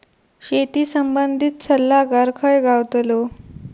शेती संबंधित सल्लागार खय गावतलो?